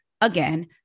Again